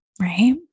right